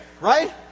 right